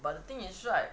but the thing is right